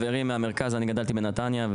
אני גדלתי בנתניה.